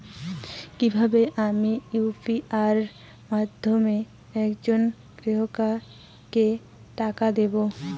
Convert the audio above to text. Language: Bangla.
কিভাবে আমি ইউ.পি.আই এর মাধ্যমে এক জন গ্রাহককে টাকা দেবো?